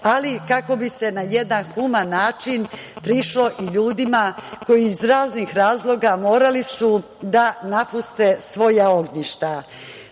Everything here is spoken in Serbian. ali i kako bi se na jedan human način prišlo i ljudima koji su iz raznih razloga morali da napuste svoja ognjišta. Posebno